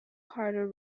harder